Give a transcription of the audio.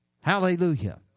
Hallelujah